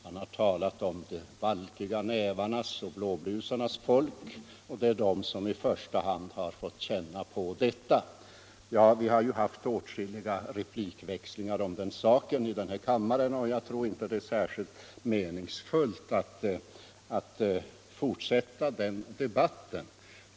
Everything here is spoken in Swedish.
Han sade att det i första hand är de valkiga nävarnas och blåblusarnas folk som fått känna av detta. Vi har haft åtskilliga replikväxlingar om den saken här i kammaren, och jag tror inte att det är meningsfullt att fortsätta den debatten.